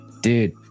dude